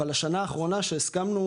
אבל השנה האחרונה שהסכמנו,